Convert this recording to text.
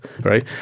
right